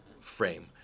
frame